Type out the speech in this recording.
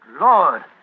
Lord